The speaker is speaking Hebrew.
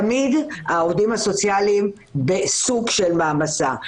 תמיד העובדים הסוציאליים בסוג של מעמסה.